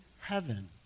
heaven